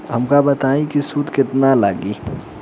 हमका बताई कि सूद केतना लागी?